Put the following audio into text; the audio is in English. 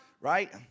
Right